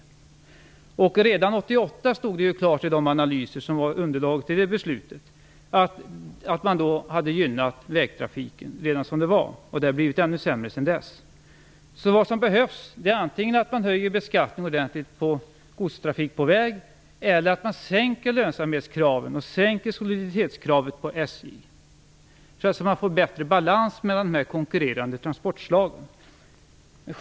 Redan år 1988 stod det klart i de analyser som var underlag till det trafikpolitiska beslutet att man hade gynnat vägtrafiken, och det har blivit ännu sämre sedan dess. Vad som behövs är antingen att man ökar beskattningen ordentligt på godstrafik på väg eller att man sänker lönsamhetskravet och soliditetskravet på SJ, så att man får en bättre balans mellan dessa konkurrerande transportslag.